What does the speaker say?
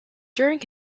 during